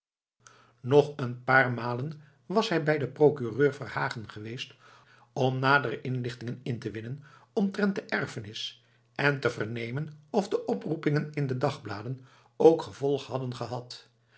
nog een paar malen was hij bij den procureur verhagen geweest om nadere inlichtingen in te winnen omtrent de erfenis en te vernemen of de oproepingen in de dagbladen ook gevolg hadden gehad